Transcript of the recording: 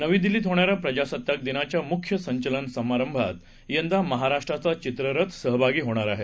नवीदिल्लीतहोणाऱ्याप्रजासत्ताकदिनाच्यामुख्यसंचलनसमारंभातयंदामहाराष्ट्राचाचित्ररथसहभागीहोणारआहे